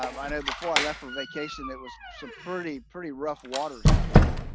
um i know before i left from vacation it was some pretty pretty rough waters out there.